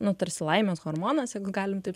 nu tarsi laimės hormonas jeigu galim taip